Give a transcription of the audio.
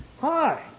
Hi